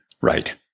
Right